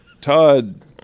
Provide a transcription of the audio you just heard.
Todd